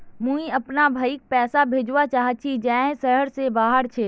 मुई अपना भाईक पैसा भेजवा चहची जहें शहर से बहार छे